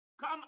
Come